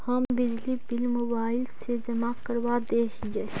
हम बिजली bill mobile से जमा करवा देहियै?